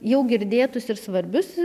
jau girdėtus ir svarbius